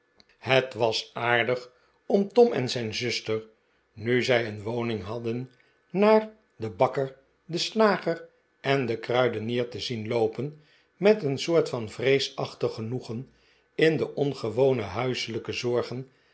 het was aardig om tom en zijn zuster nu zij een woning hadden naar den bakker den slager en den kruidenier te zien loopen met een soort van vreesachtig genoegen in de bngewone huiselijke zorgen